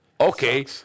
Okay